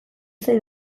zait